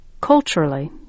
culturally